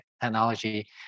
technology